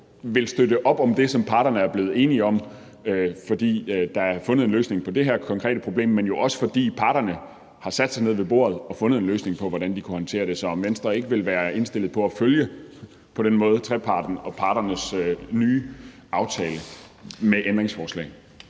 vil støtte op om det, som parterne er blevet enige om, fordi der er fundet en løsning på det her konkrete problem, men jo også fordi parterne har sat sig ned ved bordet og fundet en løsning på, hvordan de kunne håndtere det. Så vil Venstre på den måde være indstillet på at følge treparten og parternes nye aftale med ændringsforslag?